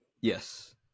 Yes